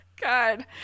God